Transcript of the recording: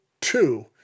two